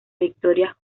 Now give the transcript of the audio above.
victoria